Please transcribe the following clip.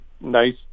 nice